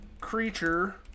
creature